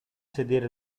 sedere